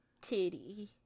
titty